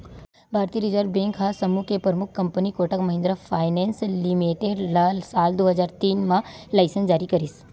भारतीय reserve bank ह समूह के परमुख company Kotak Mahindra finance limited ल साल दू हजार तीन म लाइनेंस जारी करिस